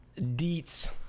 deets